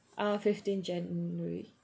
uh fifteenth january